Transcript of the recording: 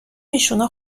ایشونا